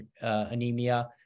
anemia